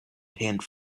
paint